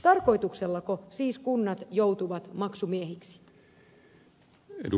tarkoituksellako siis kunnat joutuvat maksumiehiksi